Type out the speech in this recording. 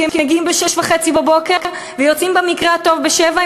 כי הם מגיעים ב-06:30 ויוצאים במקרה הטוב ב-19:00,